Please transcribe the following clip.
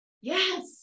Yes